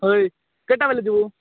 ହେଇ କେତେଟାବେଳେ ଯିବୁ